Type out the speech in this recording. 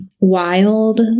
Wild